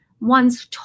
one's